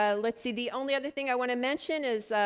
ah let's see the only other thing i want to mention is